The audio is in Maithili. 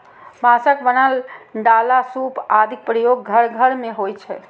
बांसक बनल डाला, सूप आदिक प्रयोग घर घर मे होइ छै